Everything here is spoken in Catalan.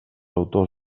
autors